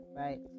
right